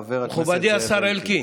חבר הכנסת זאב אלקין.